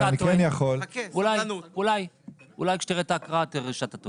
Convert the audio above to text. אלי כשתראה את ההקראה תראה שאתה טועה?